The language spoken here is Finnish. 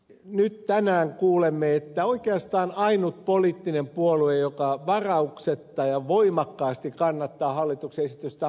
samoin tänään kuulemme että oikeastaan ainut poliittinen puolue joka varauksetta ja voimakkaasti kannattaa hallituksen esitystä on keskusta